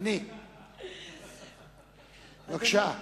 בבקשה.